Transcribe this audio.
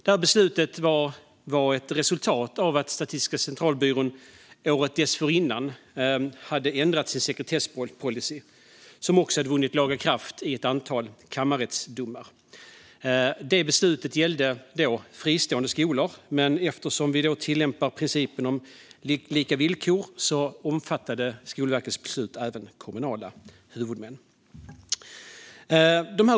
Det var ett resultat av att Statistiska centralbyrån året dessförinnan hade ändrat sin sekretesspolicy, som också hade vunnit laga kraft i ett antal domar i kammarrätten. Det beslutet gällde fristående skolor, men eftersom vi tillämpar principen om lika villkor omfattade Skolverkets beslut även kommunala huvudmän.